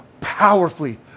powerfully